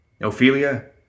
Ophelia